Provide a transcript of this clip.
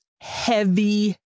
heavy